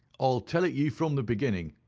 i'll tell it ye from the beginning,